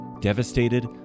devastated